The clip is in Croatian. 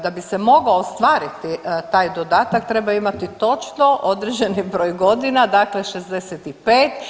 Da bi se mogao ostvariti taj dodatak treba imati točno određeni broj godina, dakle 65.